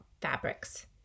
fabrics